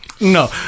No